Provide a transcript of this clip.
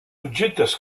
objectes